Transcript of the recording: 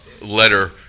letter